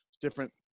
different